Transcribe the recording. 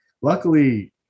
Luckily